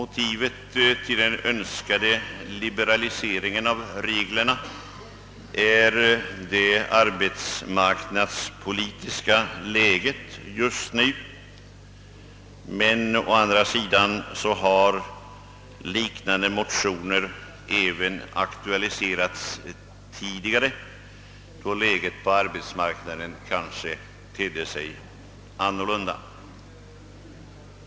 Motivet till den önskade liberaliseringen av reglerna är det arbetsmarknadspolitiska läget just nu. Liknande motioner har aktualiserats även tidigare då läget på arbetsmarknaden tett sig annorlunda.